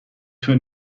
توی